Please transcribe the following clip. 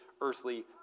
earthly